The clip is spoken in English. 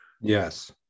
Yes